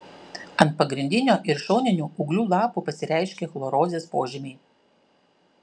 ant pagrindinio ir šoninių ūglių lapų pasireiškia chlorozės požymiai